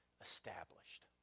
established